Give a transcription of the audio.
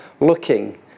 looking